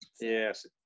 Yes